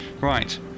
Right